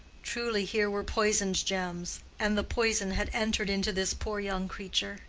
truly here were poisoned gems, and the poison had entered into this poor young creature